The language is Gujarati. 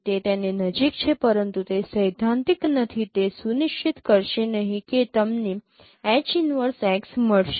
તે તેની નજીક હશે પરંતુ તે સૈદ્ધાંતિક નથી તે સુનિશ્ચિત કરશે નહીં કે તમને H 1x મળશે